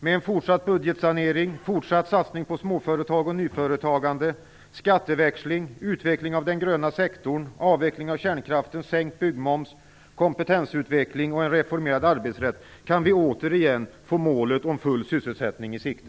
Med en fortsatt budgetsanering, fortsatt satsning på småföretag och nyföretagande, skatteväxling, utveckling av den gröna sektorn, avveckling av kärnkraften, sänkt byggmoms, kompetensutveckling och en reformerad arbetsrätt kan vi återigen få målet om full sysselsättning i sikte.